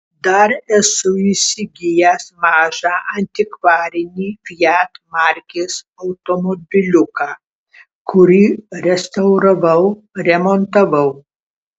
dar esu įsigijęs mažą antikvarinį fiat markės automobiliuką kurį restauravau remontavau